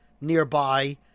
nearby